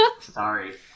Sorry